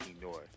North